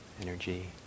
energy